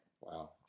Wow